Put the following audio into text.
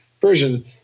version